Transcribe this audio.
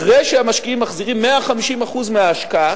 אחרי שהמשקיעים מחזירים 150% ההשקעה,